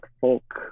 folk